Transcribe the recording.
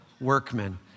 workmen